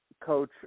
coach